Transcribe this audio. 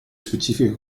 specifiche